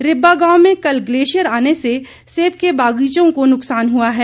रिब्बा गांव में कल ग्लेशियर आने से सेब के बागीचो को नुकसान हुआ है